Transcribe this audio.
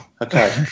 Okay